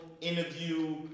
interview